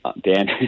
Dan